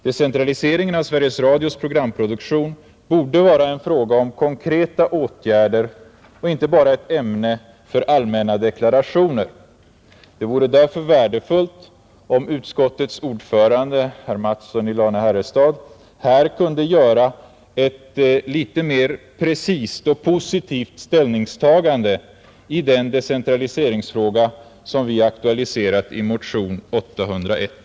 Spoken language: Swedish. Decentraliseringen av Sveriges Radios programproduktion borde vara en fråga om konkreta åtgärder och inte bara ett ämne för allmänna deklarationer. Det vore därför värdefullt om utskottets ordförande herr Mattsson i Lane-Herrestad här kunde göra ett litet mer precist och positivt ställningstagande i den decentraliseringsfråga vi aktualiserat i motionen 801.